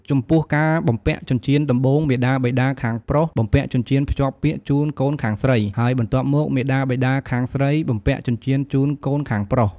ចំពោះការបំពាក់ចិញ្ចៀនដំបូង មាតាបិតាខាងប្រុសបំពាក់ចិញ្ចៀនភ្ជាប់ពាក្យជូនកូនខាងស្រី ហើយបន្ទាប់មក មាតាបិតាខាងស្រីបំពាក់ចិញ្ចៀនជូនកូនខាងប្រុស។